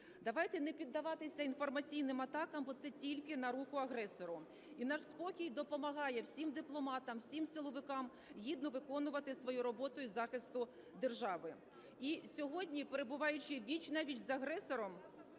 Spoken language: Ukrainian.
Давайте не піддаватися інформаційним атакам, бо це тільки на руку агресору. І наш спокій допомагає всім дипломатам, всім силовикам гідно виконувати свою роботу із захисту держави. І сьогодні, перебуваючи віч-на-віч з агресором,